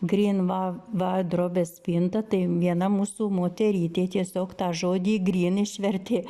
grin va va drobės spintą tai viena mūsų moterytė tiesiog tą žodį gryn išvertė